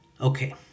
Okay